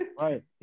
right